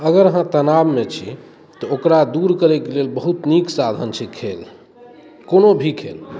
अगर अहाँ तनावमे छी तऽ ओकरा दूर करैके लेल बहुत नीक साधन छै खेल कोनो भी खेल